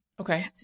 Okay